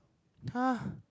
!huh!